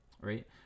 right